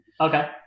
Okay